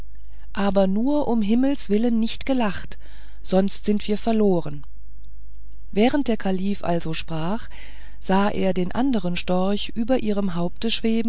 aber nur ums himmels willen nicht gelacht sonst sind wir verloren während der kalif also sprach sah er den andern storchen über ihrem haupte